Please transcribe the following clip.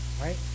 right